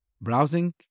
browsing